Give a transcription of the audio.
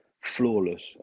flawless